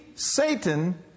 Satan